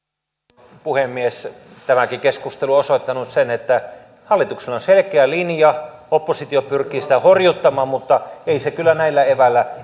arvoisa rouva puhemies tämäkin keskustelu on osoittanut sen että hallituksella on selkeä linja oppositio pyrkii sitä horjuttamaan mutta ei se kyllä näillä eväillä